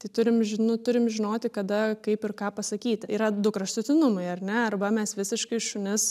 tai turim ži nu turim žinoti kada kaip ir ką pasakyti yra du kraštutinumai ar ne arba mes visiškai šunis